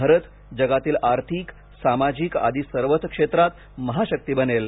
भारत जगातील आर्थिक सामाजिक आदी सर्वच क्षेत्रात महाशक्ती बनेल